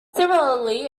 similarly